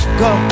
go